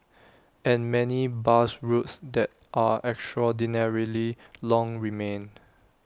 and many bus routes that are extraordinarily long remain